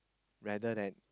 rather than